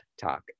talk